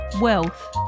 Wealth